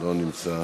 לא נמצאת,